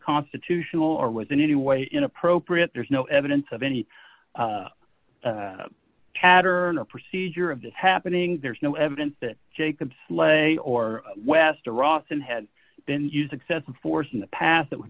unconstitutional or was in any way inappropriate there's no evidence of any cat or a procedure of that happening there's no evidence that jacob lay or west or austin had been use excessive force in the past that would